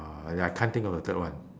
uh I I can't think of a third one